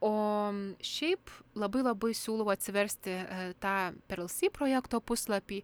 o šiaip labai labai siūlau atsiversti tą perlsi projekto puslapį